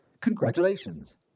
Congratulations